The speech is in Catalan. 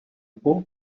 por